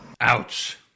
ouch